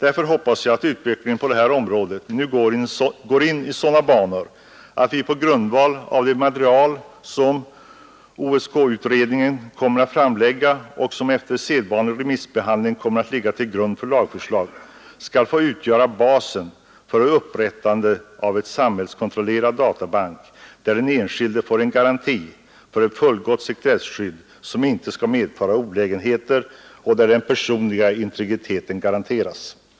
Därför hoppas jag att utvecklingen på det här området nu går in i sådana banor, att det material som OSK kommer att framlägga och som efter sedvanlig remissbehandling kommer att ligga till grund för lagförslag skall få utgöra basen för upprättandet av en samhällskontrollerad databank, där den enskilde får en garanti för ett fullgott sekretesskydd som inte skall medföra olägenheter och där den personliga integriteten garanteras.